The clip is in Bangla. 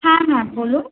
হ্যাঁ হ্যাঁ বলুন